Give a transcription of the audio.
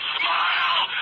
smile